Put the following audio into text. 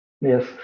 Yes